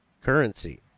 currency